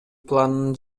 планын